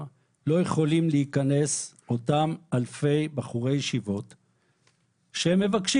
לא יכולים להיכנס אותם אלפי בחורי ישיבות שאומרים,